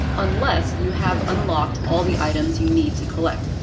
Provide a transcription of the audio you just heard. unless you have unlocked all the items you need to collect.